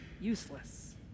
useless